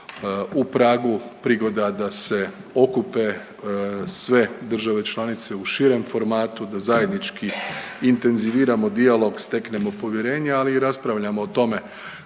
u Pragu, prigoda da se okupe sve države članice u širem formatu da zajednički intenziviramo dijalog, steknemo povjerenje, ali i raspravljamo o tome